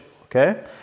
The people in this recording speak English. okay